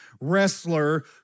wrestler